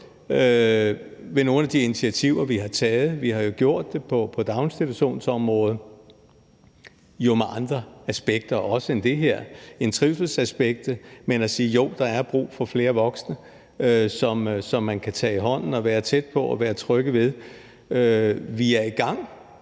med nogle af de initiativer, vi har taget – og vi har jo gjort det på daginstitutionsområdet og med andre aspekter også end det her trivselsaspekt – og har sagt, at jo, der er brug for flere voksne, som man kan tage i hånden og være tæt på og være tryg ved. Vi er i gang